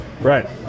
Right